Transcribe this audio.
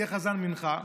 תהיה חזן מנחה.